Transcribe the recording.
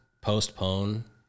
postpone